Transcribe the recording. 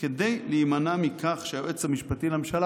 כדי להימנע מכך שהיועץ המשפטי לממשלה,